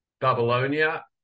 Babylonia